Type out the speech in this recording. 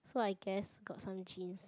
so I guess got some genes